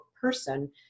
person